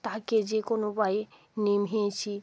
তাকে যে কোনো উপায়ে নিভিয়েছি